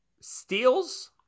steals